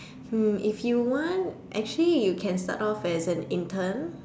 mm if you want actually you can start off as an intern